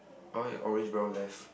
oh mine orange brown left